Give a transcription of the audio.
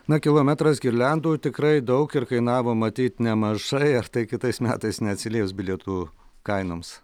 na kilometras girliandų tikrai daug ir kainavo matyt nemažai ar tai kitais metais neatsilieps bilietų kainoms